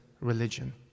religion